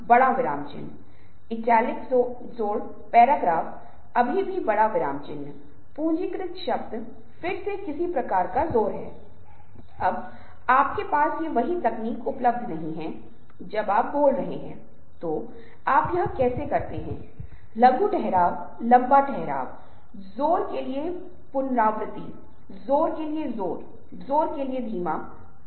यदि आप आईआईटी खड़गपुर में रंगोली या दीपावली के रूप में जानी जाने वाली किसी चीज़ के लिए गूगल करते हैं तो आप पाएंगे कि ये भी अलग अलग त्योहार हैं जो अत्यधिक प्रचारित हैं जो इस विशेष स्थान के लिए अद्वितीय हैं